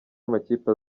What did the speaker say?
amakipe